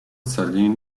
celine